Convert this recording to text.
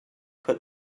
put